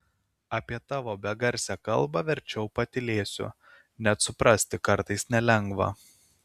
apie tavo begarsę kalbą verčiau patylėsiu net suprasti kartais nelengva